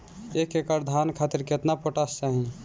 एक एकड़ धान खातिर केतना पोटाश चाही?